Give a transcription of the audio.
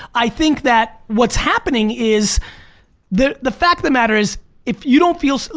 i think that what's happening is the the fact of the matter is if you don't feel, so